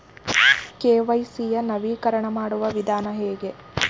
KYC ಯ ನವೀಕರಣ ಮಾಡುವ ವಿಧಾನ ಹೇಗೆ?